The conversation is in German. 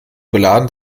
beladen